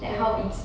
mm